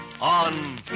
on